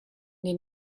den